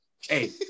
Hey